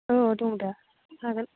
अ दङ दा हागोन